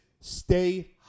stay